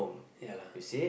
ya lah